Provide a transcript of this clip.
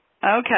Okay